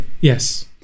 Yes